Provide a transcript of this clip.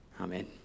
Amen